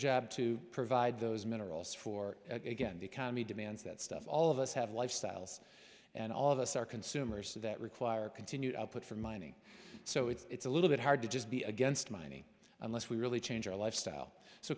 job to provide those minerals for again the economy demands that stuff all of us have lifestyles and all of us are consumers of that require continued output from mining so it's a little bit hard to just be against money unless we really change our lifestyle so